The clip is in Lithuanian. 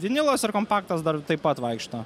vinilas ir kompaktas dar taip pat vaikšto